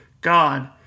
God